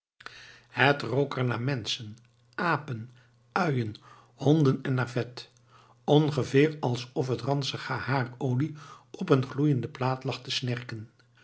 het rook er naar menschen apen uien honden en naar vet ongeveer alsof ransige haarolie op een gloeiende plaat lag te snerken